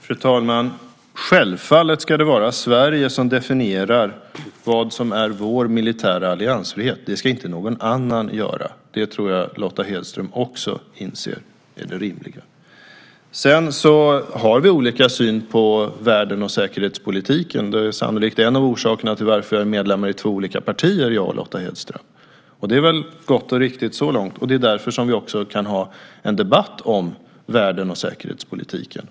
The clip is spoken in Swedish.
Fru talman! Självfallet ska Sverige självt definiera vad som är dess militära alliansfrihet. Det ska inte någon annan göra. Det tror jag att även Lotta Hedström inser är det rimliga. Sedan har vi olika syn på världen och säkerhetspolitiken. Det är sannolikt en av orsakerna till att jag och Lotta Hedström är medlemmar i två olika partier. Det är väl gott och riktigt så långt, och det är också därför vi kan ha en debatt om världen och säkerhetspolitiken.